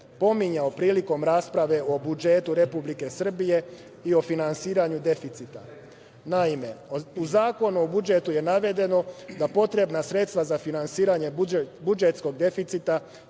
pominjao prilikom rasprave o budžetu Republike Srbije i o finansiranju deficita. Naime, u Zakonu o budžetu je navedeno da potrebna sredstva za finansiranje budžetskog deficita